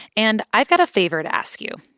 and i've got a favor to ask you.